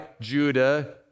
Judah